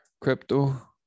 crypto